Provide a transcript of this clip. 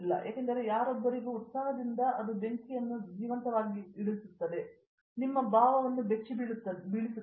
ಏಕೆಂದರೆ ಯಾರೊಬ್ಬರಿಗಿರುವ ಉತ್ಸಾಹದಿಂದ ಅದು ಬೆಂಕಿಯನ್ನು ಜೀವಂತವಾಗಿಸುತ್ತದೆ ನಿಮ್ಮ ಭಾವವನ್ನು ಬೆಚ್ಚಿಬೀಳಿಸುತ್ತದೆ